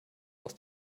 aus